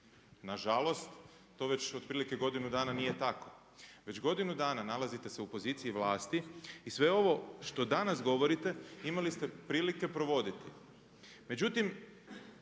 Nažalost to već otprilike godinu dana nije tako. Već godinu dana nalazite se u poziciji vlasti i sve ovo što danas govorite imali ste prilike provoditi.